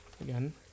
again